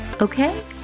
okay